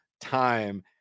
time